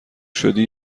شدی